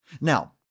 Now